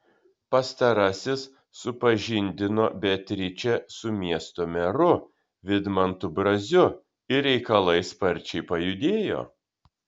pastarasis supažindino beatričę su miesto meru vidmantu braziu ir reikalai sparčiai pajudėjo